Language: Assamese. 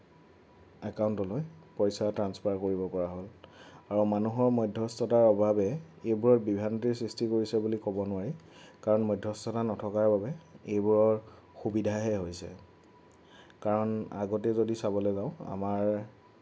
একাউণ্টলৈ পইচা ট্ৰান্সফাৰ কৰিব পৰা হ'ল আৰু মানুহৰ মধ্যস্থতাৰ অভাৱে এইবোৰৰ বিভ্ৰান্তিৰ সৃষ্টি কৰিছে বুলি ক'ব নোৱাৰি কাৰণ মধ্যস্থতা নথকাৰ বাবে এইবোৰৰ সুবিধাহে হৈছে কাৰণ আগতে যদি চাবলৈ যাওঁ আমাৰ